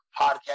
podcast